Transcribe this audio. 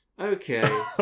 Okay